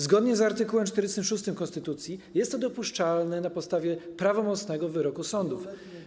Zgodnie z art. 46 konstytucji jest to dopuszczalne na podstawie prawomocnego wyroku sądu.